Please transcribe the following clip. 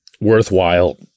worthwhile